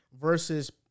versus